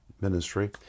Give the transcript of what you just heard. ministry